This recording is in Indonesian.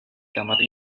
kamar